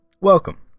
welcome